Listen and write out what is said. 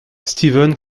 steven